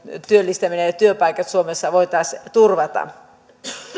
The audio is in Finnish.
työllistäminen ja ja työpaikat suomessa voitaisiin turvata